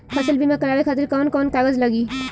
फसल बीमा करावे खातिर कवन कवन कागज लगी?